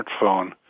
smartphone